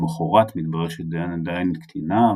למחרת מתברר שדיאן עדיין קטינה,